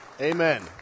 amen